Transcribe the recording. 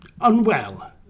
unwell